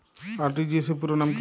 RTGS পুরো নাম কি?